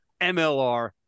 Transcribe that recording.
MLR